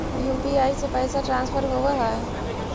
UPI से पैसा transfer होवहै?